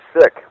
sick